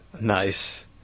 Nice